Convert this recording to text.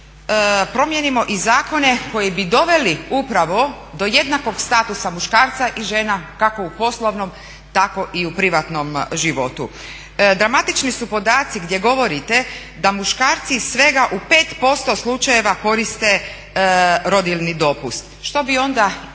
promijenimo i zakone koji bi doveli upravo do jednakog statusa muškarca i žena kako u poslovnom tako i u privatnom životu. Dramatični su podaci gdje govorite da muškarci svega u 5% slučajeva koriste rodiljni dopust. Što bi onda